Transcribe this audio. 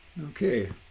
okay